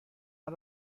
مرا